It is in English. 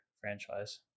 franchise